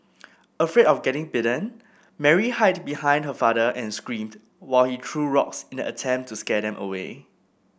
afraid of getting bitten Mary hide behind her father and screamed while he threw rocks in an attempt to scare them away